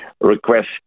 request